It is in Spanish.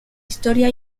historia